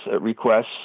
requests